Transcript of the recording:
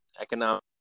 economic